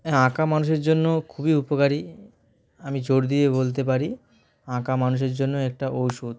হ্যাঁ আঁকা মানুষের জন্য খুবই উপকারী আমি জোর দিয়ে বলতে পারি আঁকা মানুষের জন্য একটা ওষুধ